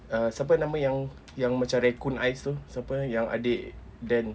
uh siapa nama yang yang macam raccoon eyes itu siapa yang adik then